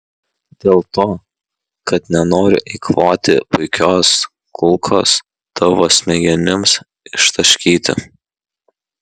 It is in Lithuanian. dėl to kad nenoriu eikvoti puikios kulkos tavo smegenims ištaškyti